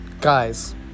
Guys